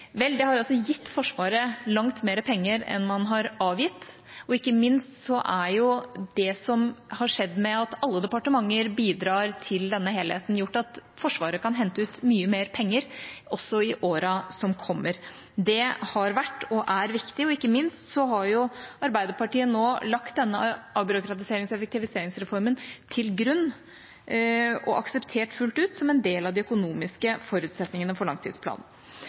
Vel, det har altså gitt Forsvaret langt mer penger enn man har avgitt, og ikke minst har det at alle departementer bidrar til denne helheten, gjort at Forsvaret kan hente ut mye mer penger, også i årene som kommer. Det har vært og er viktig, og ikke minst har jo Arbeiderpartiet nå lagt denne avbyråkratiserings- og effektiviseringsreformen til grunn og akseptert den fullt ut, som en del av de økonomiske forutsetningene for langtidsplanen.